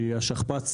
שהיא השכפ"ץ